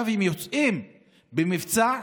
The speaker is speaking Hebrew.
עכשיו הם יוצאים במבצע,